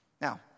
Now